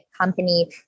company